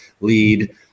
lead